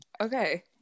Okay